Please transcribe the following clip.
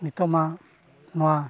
ᱱᱤᱛᱳᱜ ᱢᱟ ᱱᱚᱣᱟ